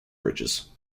bridges